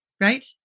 Right